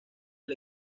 del